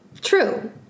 True